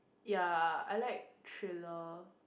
ya I like thriller